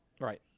right